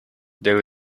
there